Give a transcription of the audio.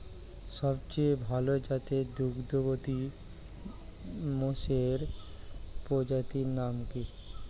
সবচেয়ে ভাল জাতের দুগ্ধবতী মোষের প্রজাতির নাম কি?